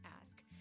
ask